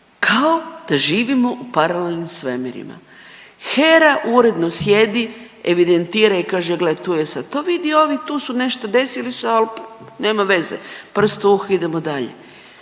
Kao da živimo u paralelnim svemirima, HERA uredno sjedni, evidentira i kaže gle tu je sad to, vidi ovi tu su nešto desilo se, al nema veze, prst u uho i idemo dalje.